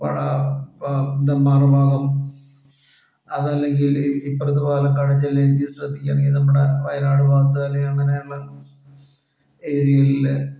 നെമ്മാറ ഭാഗം അതല്ലങ്കില് ഇപ്പോഴത്തെ പാലക്കാട് ജില്ലയിലെ തന്നെ ശ്രദ്ധിക്കണെമെങ്കിൽ നമ്മുടെ വയനാട് ഭാഗത്തു അല്ലെങ്കിൽ അങ്ങനെയുള്ള ഏരിയകളില്